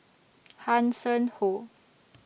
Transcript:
Hanson Ho